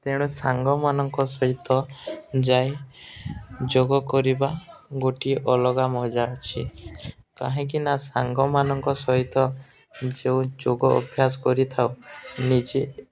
ତେଣୁ ସାଙ୍ଗମାନଙ୍କ ସହିତ ଯାଇ ଯୋଗ କରିବା ଗୋଟିଏ ଅଲଗା ମଜା ଅଛି କାହିଁକି ନା ସାଙ୍ଗମାନଙ୍କ ସହିତ ଯେଉଁ ଯୋଗ ଅଭ୍ୟାସ କରିଥାଉ ନିଜେ